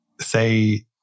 say